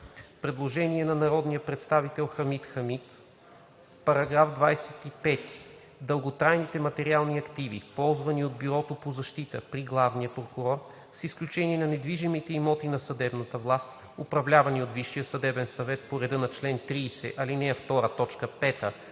Предложение от народния представител Хамид Хамид. „§ 25. Дълготрайните материални активи, ползвани от Бюрото по защита при главния прокурор, с изключение на недвижимите имоти на съдебната власт, управлявани от Висшия съдебен съвет по реда на чл. 30, ал. 2,